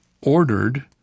ordered